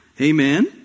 Amen